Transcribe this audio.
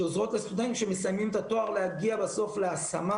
שעוזרות לסטודנטים שמסיימים את התואר להגיע בסוף להשמה